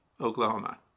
Oklahoma